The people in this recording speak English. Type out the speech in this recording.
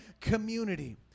community